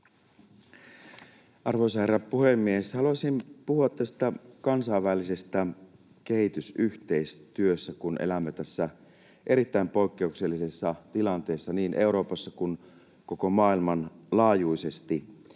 Arvoisa herra puhemies! Haluaisin puhua tästä kansainvälisestä kehitysyhteistyöstä, kun elämme tässä erittäin poikkeuksellisessa tilanteessa niin Euroopassa kuin koko maailman laajuisesti.